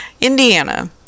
Indiana